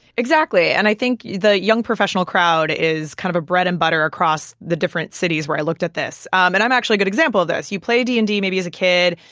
exactly. and i think the young professional crowd is kind of a bread and butter across the different cities where i looked at this. um and i'm actually a good example of this. you play d and d maybe as a kid.